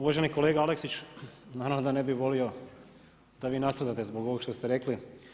Uvaženi kolega Aleksić, naravno da ne bi volio da vi nasrljate zbog ovoga što ste rekli.